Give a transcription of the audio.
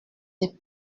des